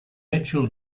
mitchell